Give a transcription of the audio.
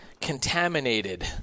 contaminated